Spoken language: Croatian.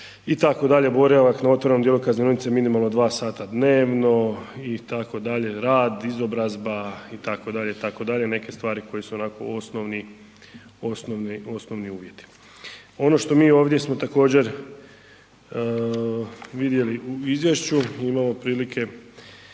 itd., boravak na otvorenom djelu kaznionice minimalno 2 sata dnevno itd., rad, izobrazba, itd., itd., neke stvari koje su onako osnovni, osnovni, osnovni uvjeti. Ono što mi ovdje smo također vidjeli u izvješću imamo prilike